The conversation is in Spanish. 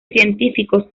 científicos